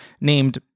named